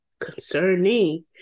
concerning